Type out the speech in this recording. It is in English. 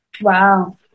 Wow